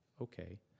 okay